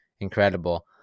incredible